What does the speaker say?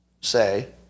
say